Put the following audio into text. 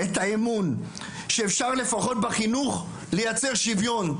את האמון שאפשר לפחות בחינוך לייצר שוויון.